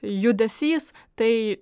judesys tai